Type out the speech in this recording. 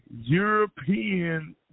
European